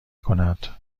کند